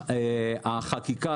החקיקה,